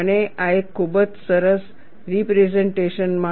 અને આ એક ખૂબ જ સરસ રેપરેઝન્ટેશન છે